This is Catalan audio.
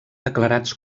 declarats